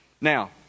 Now